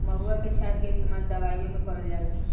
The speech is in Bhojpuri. महुवा के क्षार के इस्तेमाल दवाईओ मे करल जाला